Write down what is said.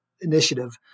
initiative